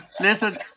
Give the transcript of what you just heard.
listen